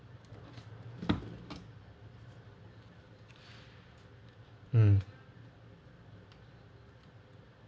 um